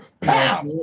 Pow